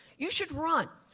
you should run.